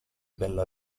bella